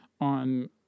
on